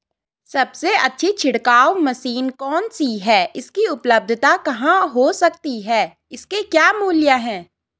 सबसे अच्छी छिड़काव मशीन कौन सी है इसकी उपलधता कहाँ हो सकती है इसके क्या मूल्य हैं?